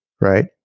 right